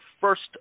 first